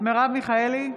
מרב מיכאלי,